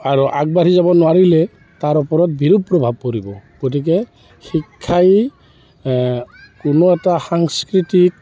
আৰু আগবাঢ়ি যাব নোৱাৰিলে তাৰ ওপৰত বিৰূপ প্ৰভাৱ পৰিব গতিকে শিক্ষাই কোনো এটা সাংস্কৃতিক